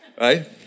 right